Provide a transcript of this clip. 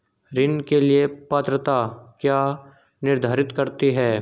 ऋण के लिए पात्रता क्या निर्धारित करती है?